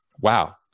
Wow